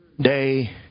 day